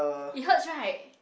it hurts right